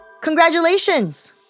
congratulations